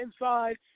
inside